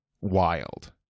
wild